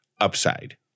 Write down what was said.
upside